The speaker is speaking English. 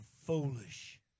foolish